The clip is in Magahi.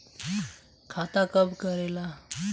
खाता कब करेला?